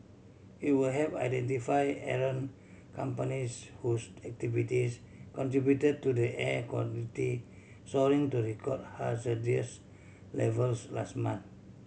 it will help identify errant companies whose activities contributed to the air quality soaring to record hazardous levels last month